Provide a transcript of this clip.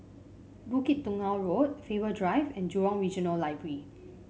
Bukit Tunggal Road Faber Drive and Jurong Regional Library